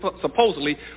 supposedly